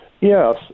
Yes